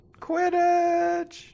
Quidditch